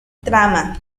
trama